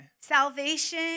Salvation